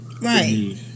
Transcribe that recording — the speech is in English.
Right